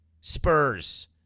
Spurs